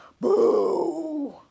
Boo